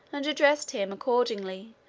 and addressed him, accordingly,